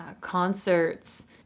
concerts